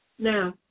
Now